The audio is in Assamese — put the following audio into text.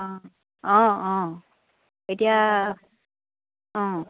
অঁ অঁ অঁ এতিয়া অঁ